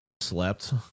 slept